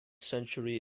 century